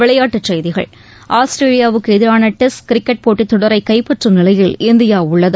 விளையாட்டுச் செய்திகள் ஆஸ்திரேலியாவுக்கு எதிரான டெஸ்ட் கிரிக்கெட் போட்டித் தொடரை கைப்பற்றும் நிலையில் இந்தியா உள்ளது